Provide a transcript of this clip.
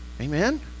Amen